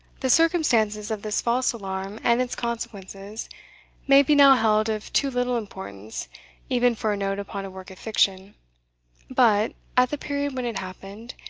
the circumstances of this false alarm and its consequences may be now held of too little importance even for a note upon a work of fiction but, at the period when it happened,